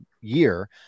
year